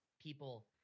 people